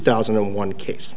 thousand and one case